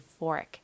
euphoric